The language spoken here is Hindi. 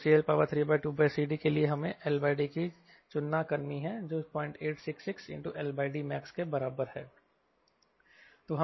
तो CL32CD के लिए हमें LD की चुनना करनी है जो 0866 LDmax के बराबर है